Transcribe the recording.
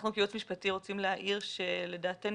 אנחנו כייעוץ משפטי רוצים להעיר שלדעתנו